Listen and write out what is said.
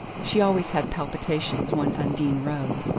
she always had palpitations when undine rode,